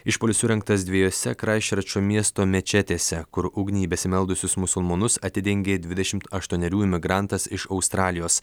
išpuolis surengtas dviejose kraisčerčo miesto mečetėse kur ugnį į besimeldusius musulmonus atidengė dvidešimt aštuonerių imigrantas iš australijos